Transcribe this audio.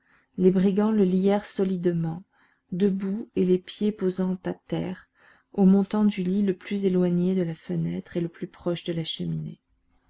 les brigands le lièrent solidement debout et les pieds posant à terre au montant du lit le plus éloigné de la fenêtre et le plus proche de la cheminée